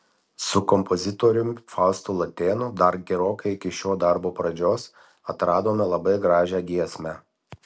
su kompozitoriumi faustu latėnu dar gerokai iki šio darbo pradžios atradome labai gražią giesmę